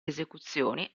esecuzioni